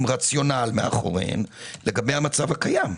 עם רציונל מאחוריהן, לגבי המצב הקיים,